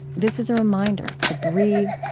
this is a reminder to breathe,